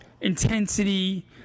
intensity